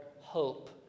hope